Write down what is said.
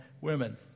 women